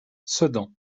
sedan